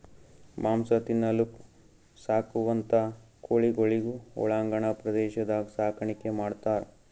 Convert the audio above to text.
ಮಾಂಸ ತಿನಲಕ್ಕ್ ಸಾಕುವಂಥಾ ಕೋಳಿಗೊಳಿಗ್ ಒಳಾಂಗಣ ಪ್ರದೇಶದಾಗ್ ಸಾಕಾಣಿಕೆ ಮಾಡ್ತಾರ್